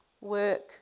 work